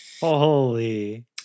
holy